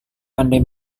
pandai